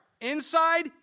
Inside